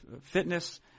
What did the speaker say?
fitness